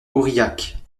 aurillac